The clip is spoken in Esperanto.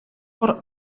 por